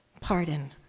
pardon